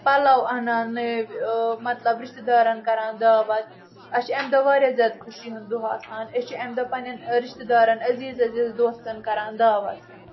پلو انان نٔوۍ مطلب رشتہٕ دارن کران دعوت اسہِ چھِ امہِ دۄہ واریاہ زیادٕ خوشی ہُنٛد دۄہ آسان أسۍ چھِ امہِ دۄہ پننٮ۪ن رشتہٕ دارن عزیز عزیز دوستن کران دعوت